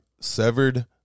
severed